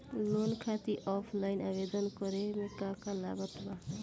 Loan खातिर offline आवेदन करे म का का लागत बा?